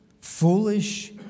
foolish